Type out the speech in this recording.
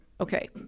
okay